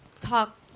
Talk